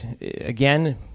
again